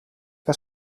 que